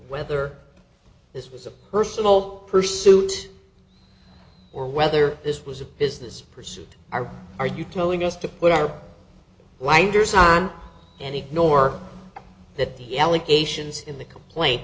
whether this was a personal pursuit or whether this was a business pursuit are are you telling us to put our lines or sun and ignore that the allegations in the complaint